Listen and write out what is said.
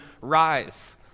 Rise